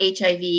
HIV